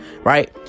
right